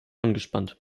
angespannt